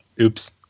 oops